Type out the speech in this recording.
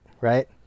right